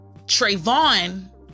Trayvon